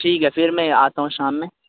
ٹھیک ہے پھر میں آتا ہوں شام میں